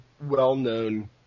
well-known